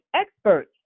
experts